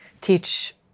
teach